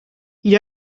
you